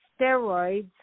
steroids